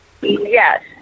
Yes